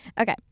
Okay